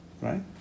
Right